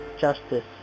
justice